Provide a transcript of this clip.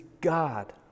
God